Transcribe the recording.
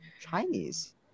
Chinese